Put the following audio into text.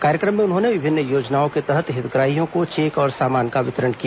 कार्यक्रम में उन्होंने विभिन्न योजनाओं के तहत हितग्राहियों को चेक और सामान का वितरण किया